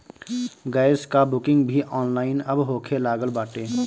gas कअ booking भी online अब होखे लागल बाटे